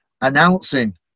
announcing